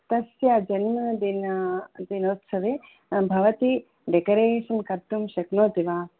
तस्य जन्मदिन दिनोत्सवे भवति डेकोरेशन् कर्तुं शक्नोति वा